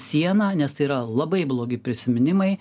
siena nes tai yra labai blogi prisiminimai